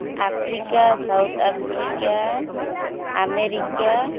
Africa south Africa America